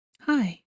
Hi